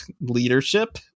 leadership